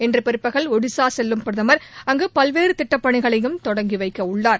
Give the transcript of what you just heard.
இன்று பிற்பகல் ஒடிசா செல்லும் பிரதமர் அங்கு பல்வேறு திட்டப்பணிகளையும் தொடங்கிவைக்க உள்ளார்